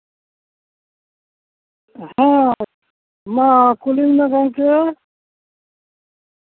ᱦᱮᱸ ᱢᱟ ᱠᱩᱞᱤᱧ ᱢᱮ ᱜᱚᱢᱠᱮ